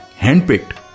handpicked